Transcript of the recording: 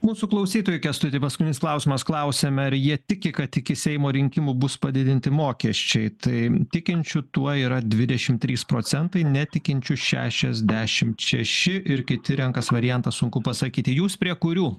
mūsų klausytojų kęstuti paskutinis klausimas klausiame ar jie tiki kad iki seimo rinkimų bus padidinti mokesčiai tai tikinčių tuo yra dvidešim trys procentai netikinčių šešiasdešimt šeši ir kiti renkasi variantą sunku pasakyti jūs prie kurių